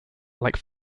like